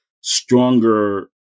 stronger